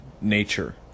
nature